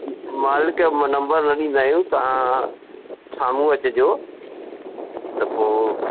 मालिक जो नंबर न ॾींदा आहियूं तव्हां साम्हूं अचिजो त पो इ